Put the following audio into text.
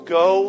go